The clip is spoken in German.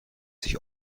sich